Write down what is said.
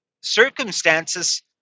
circumstances